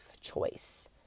choice